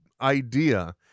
idea